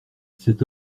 cet